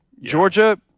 Georgia